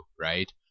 right